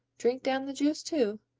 drink down the juice, too,